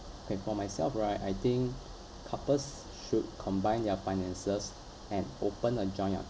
okay for myself right I think couples should combine their finances and open a joint